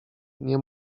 nie